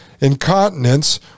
incontinence